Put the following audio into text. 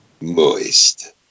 Moist